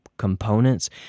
Components